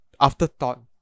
afterthought